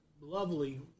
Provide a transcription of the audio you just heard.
lovely